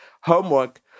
homework